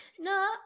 no